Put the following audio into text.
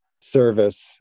service